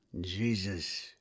Jesus